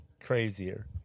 crazier